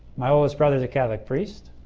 myoldest brother is a catholic priest.